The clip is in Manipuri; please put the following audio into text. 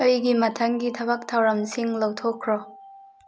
ꯑꯩꯒꯤ ꯃꯊꯪꯒꯤ ꯊꯕꯛ ꯊꯧꯔꯝꯁꯤꯡ ꯂꯧꯊꯣꯛꯈ꯭ꯔꯣ